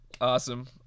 Awesome